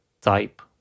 type